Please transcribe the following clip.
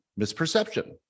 misperception